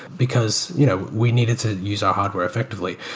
because you know we needed to use our hardware effectively.